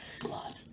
Blood